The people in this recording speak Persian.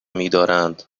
میدارند